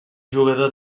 jugador